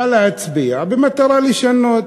בא להצביע במטרה לשנות,